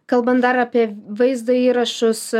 kalbant dar apie vaizdo įrašus